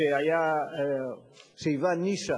היווה נישה